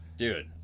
Dude